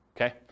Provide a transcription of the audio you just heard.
Okay